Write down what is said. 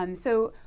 um so,